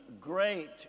Great